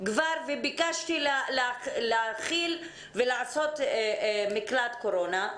וביקשתי להכין ולעשות מקלט קורונה.